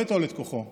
לא אטול כוחו /